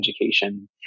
education